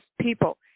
people